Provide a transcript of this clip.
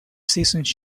seasons